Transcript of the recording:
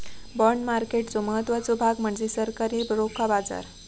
bond मार्केटचो महत्त्वाचो भाग म्हणजे सरकारी रोखा बाजार